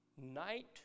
Night